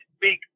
big